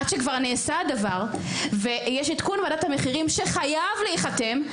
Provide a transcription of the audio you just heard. עד שכבר נעשה הדבר ויש עדכון בוועדת המחירים שחייב להיחתם,